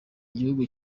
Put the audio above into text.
igihugu